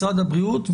משרד הבריאות,